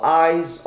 eyes